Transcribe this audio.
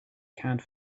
can’t